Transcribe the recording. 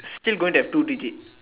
still going to have two digit